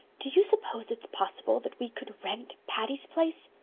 do you suppose it's possible that we could rent patty's place?